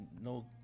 no